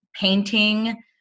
painting